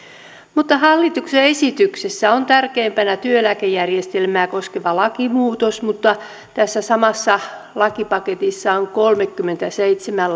hallituksen esityksessä on tärkeimpänä työeläkejärjestelmää koskeva lakimuutos mutta tässä samassa lakipaketissa on kolmekymmentäseitsemän